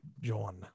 John